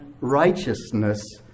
righteousness